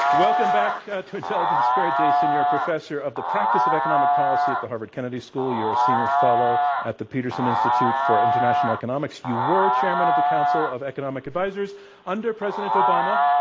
welcome back to intelligence squared, jason. you're a professor of the practice of economic policy at the harvard kennedy school. you're a senior fellow at the peterson institute for international economics. you were chairman of the council of economic advisors under president obama.